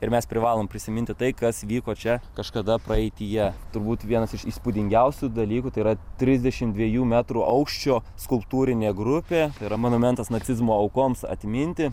ir mes privalom prisiminti tai kas vyko čia kažkada praeityje turbūt vienas iš įspūdingiausių dalykų tai yra trisdešimt dviejų metrų aukščio skulptūrinė grupė yra monumentas nacizmo aukoms atminti